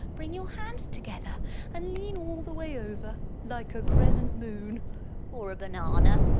bring your hands together and lean all the way over like a crescent moon or a banana!